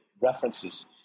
references